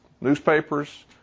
newspapers